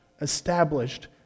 established